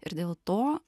ir dėl to